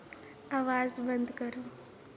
अवाज बंद करो